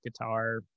guitar